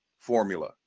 formula